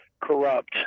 corrupt